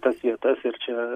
tas vietas ir čia